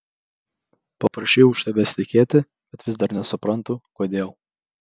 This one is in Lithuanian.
paprašei už tavęs tekėti bet vis dar nesuprantu kodėl